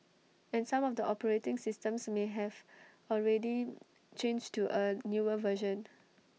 and some of the operating systems may have already changed to A newer version